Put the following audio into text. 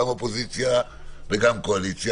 גם אופוזיציה וגם קואליציה.